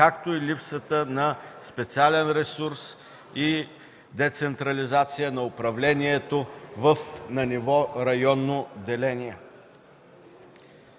както и липсата на специален ресурс и децентрализация на управление на ниво районно деление.